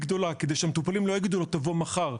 גדולה כדי שלא יגידו למטופלים: תבואו מחר,